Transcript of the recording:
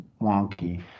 wonky